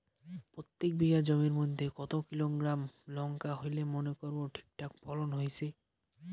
প্রত্যেক বিঘা জমির মইধ্যে কতো কিলোগ্রাম লঙ্কা হইলে মনে করব ঠিকঠাক ফলন হইছে?